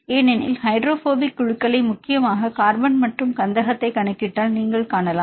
ஏனென்றால் ஹைட்ரோபோபிக் குழுக்களை முக்கியமாக கார்பன் மற்றும் கந்தகத்தைக் கண்டால் நீங்கள் காணலாம்